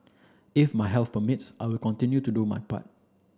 if my health permits I will continue to do my part